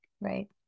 right